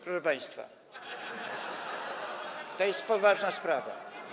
Proszę państwa, to jest poważna sprawa.